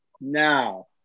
Now